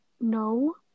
No